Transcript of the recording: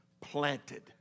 planted